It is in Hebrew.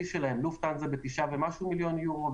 שלהן לופטהנזה ב-9 ומשהו מיליון יורו,